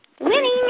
winning